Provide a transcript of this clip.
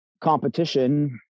competition